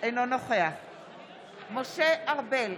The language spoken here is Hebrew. אינו נוכח משה ארבל,